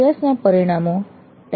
અભ્યાસના પરિણામો tale